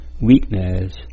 weakness